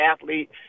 athlete